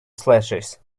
slashes